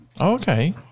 okay